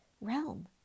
realm